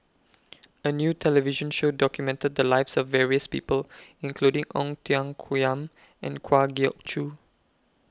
A New television Show documented The Lives of various People including Ong Tiong Khiam and Kwa Geok Choo